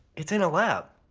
it's in a lab.